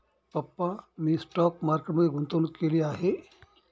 पप्पा मी stock market मध्ये गुंतवणूक केली आहे